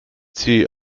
sie